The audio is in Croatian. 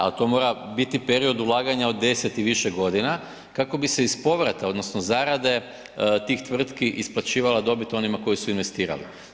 Ali to mora biti period ulaganja od deset i više godina kako bi se iz povrata odnosno zarade tih tvrtki isplaćivala dobit onima koji su investirali.